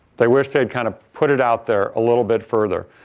they wish they had kind of put it out there a little bit further.